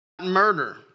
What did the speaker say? Murder